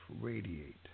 radiate